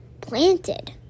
planted